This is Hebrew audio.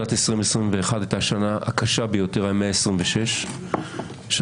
שנת 2021 הייתה השנה הקשה ביותר ובה נרצחו 126 אנשים.